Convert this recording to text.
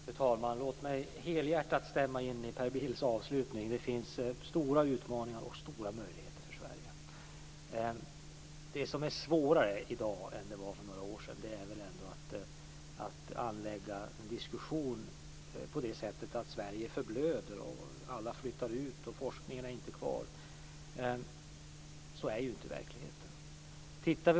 Fru talman! Låt mig helhjärtat stämma in i Per Bills avslutning. Det finns stora utmaningar och stora möjligheter för Sverige. Det som är svårare i dag än för några år sedan är väl ändå att anlägga en diskussion på det sättet att Sverige förblöder, att alla flyttar ut, att forskningen inte är kvar. Så är ju inte verkligheten.